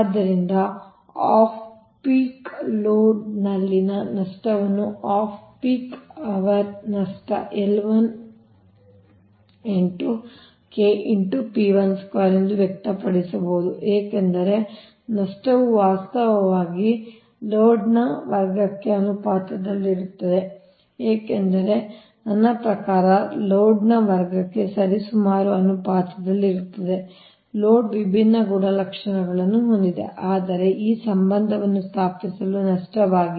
ಆದ್ದರಿಂದ off peak ಮತ್ತು peak ಲೋಡ್ನಲ್ಲಿನ ನಷ್ಟವನ್ನು ಆಫ್ ಪೀಕ್ ಅವರ್ ನಷ್ಟ ಎಂದು ವ್ಯಕ್ತಪಡಿಸಬಹುದು ಏಕೆಂದರೆ ನಷ್ಟವು ವಾಸ್ತವವಾಗಿ ಲೋಡ್ನ ವರ್ಗಕ್ಕೆ ಅನುಪಾತದಲ್ಲಿರುತ್ತದೆ ಏಕೆಂದರೆ ನನ್ನ ಪ್ರಕಾರ ಲೋಡ್ನ ವರ್ಗಕ್ಕೆ ಸರಿಸುಮಾರು ಅನುಪಾತದಲ್ಲಿರುತ್ತದೆ Refer Time 1319 ಲೋಡ್ ವಿಭಿನ್ನ ಗುಣಲಕ್ಷಣಗಳನ್ನು ಹೊಂದಿದೆ ಆದರೆ ಈ ಸಂಬಂಧವನ್ನು ಸ್ಥಾಪಿಸಲು ನಷ್ಟವಾಗಿದೆ